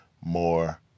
More